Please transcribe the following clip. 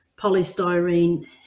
polystyrene